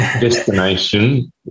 destination